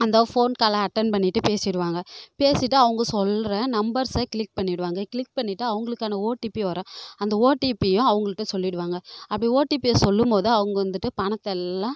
அந்த ஃபோன் காலை அட்டன்ட் பண்ணிவிட்டு பேசிருவாங்க பேசிட்டு அவங்க சொல்லுற நம்பர்ஸை கிளிக் பண்ணிவிடுவாங்க கிளிக் பண்ணிவிட்டு அவங்களுக்கான ஓடிபி வரும் அந்த ஓடிபியும் அவங்கள்கிட்ட சொல்லிவிடுவாங்க அப்படி ஓடிபியை சொல்லும் போது அவங்க வந்துவிட்டு பணத்தை எல்லாம்